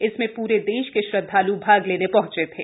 इसमें पुरे देश के श्रद्धाल भाग लेने पहंचे थे